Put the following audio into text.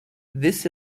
this